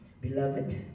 beloved